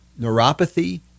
Neuropathy